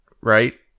right